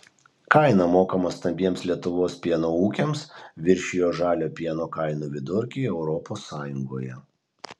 kaina mokama stambiems lietuvos pieno ūkiams viršijo žalio pieno kainų vidurkį europos sąjungoje